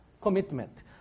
commitment